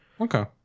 okay